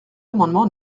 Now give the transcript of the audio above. amendement